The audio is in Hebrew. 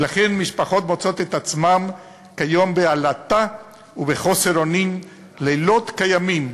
ולכן משפחות מוצאות את עצמן כיום בעלטה ובחוסר אונים לילות וימים,